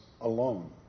alone